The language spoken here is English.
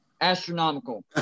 astronomical